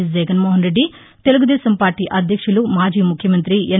ఎస్జగన్మోహన్ Reddy Telugu Desam party అధ్యక్షులు మాజీ ముఖ్యమంత్రి ఎన్